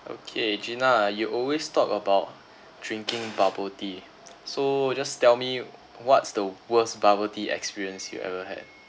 okay gina you always talk about drinking bubble tea so just tell me what's the worst bubble tea experience you ever had